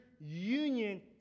union